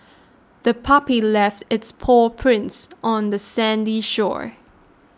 the puppy left its paw prints on the sandy shore